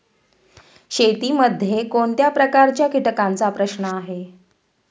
शेतीमध्ये कोणत्या प्रकारच्या कीटकांचा प्रश्न आहे?